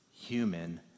human